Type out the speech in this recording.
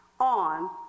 on